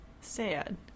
Sad